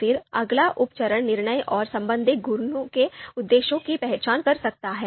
फिर अगला उप चरण निर्णय और संबंधित गुणों के उद्देश्यों की पहचान कर सकता है